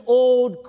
old